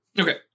okay